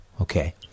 okay